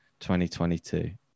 2022